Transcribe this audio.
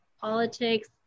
politics